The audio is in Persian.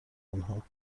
آنها